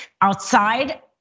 outside